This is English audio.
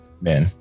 Man